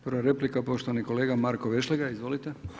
Prva replika poštovani kolega Marko Vešligaj, izvolite.